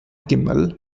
kimmel